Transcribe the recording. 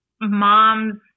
mom's